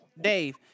Dave